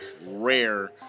rare